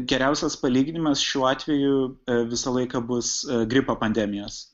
geriausias palyginimas šiuo atveju visą laiką bus gripo pandemijos